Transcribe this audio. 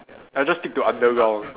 I just stick to underground